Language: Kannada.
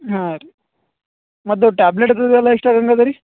ಹಾಂ ರೀ ಮತ್ತು ಟ್ಯಾಬ್ಲೆಟ್ ಅದದೆಲ್ಲ ಎಷ್ಟು ಆಗೋಂಗ್ ಅದ ರೀ